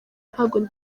ntabwo